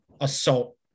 assault